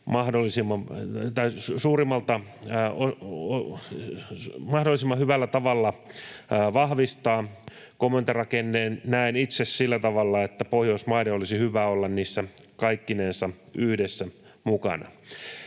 se meitä mahdollisimman hyvällä tavalla vahvistaa. Komentorakenteen näen itse sillä tavalla, että Pohjoismaiden olisi hyvä olla niissä kaikkinensa yhdessä mukana.